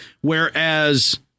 whereas